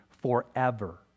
forever